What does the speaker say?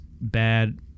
bad